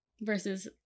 Versus